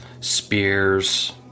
spears